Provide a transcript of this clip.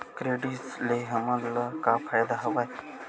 Credit ले हमन ला का फ़ायदा हवय?